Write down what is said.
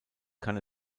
kann